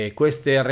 queste